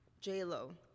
J.Lo